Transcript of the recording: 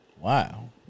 wow